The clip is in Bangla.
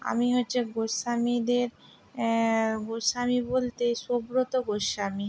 আমি হচ্ছে গোস্বামীদের গোস্বামী বলতে সুব্রত গোস্বামী